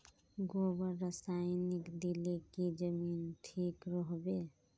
गोबर रासायनिक दिले की जमीन ठिक रोहबे?